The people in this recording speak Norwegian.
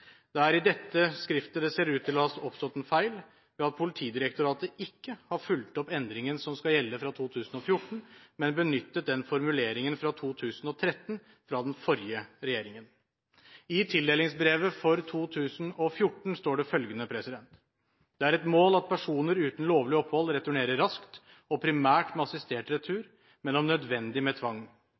Det er i dette skrivet det ser ut til å ha oppstått en feil, ved at Politidirektoratet ikke har fulgt opp endringen som skal gjelde fra 2014, men benyttet formuleringen fra 2013, fra den forrige regjeringen. I tildelingsbrevet for 2014 står det følgende: «Det er et mål at personer uten lovlig opphold returnerer raskt, og primært med assistert retur, men om nødvendig med tvang.